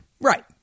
Right